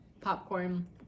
popcorn